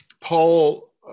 Paul